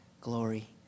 glory